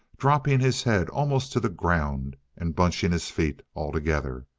dropping his head almost to the ground and bunching his feet altogether.